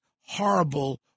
horrible